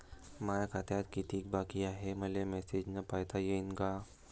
माया खात्यात कितीक बाकी हाय, हे मले मेसेजन पायता येईन का?